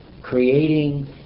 Creating